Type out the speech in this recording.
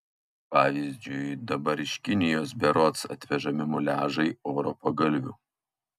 pavyzdžiui dabar iš kinijos berods atvežami muliažai oro pagalvių